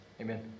Amen